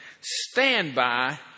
standby